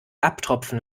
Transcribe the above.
abtropfen